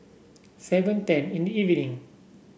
seven ten in the evening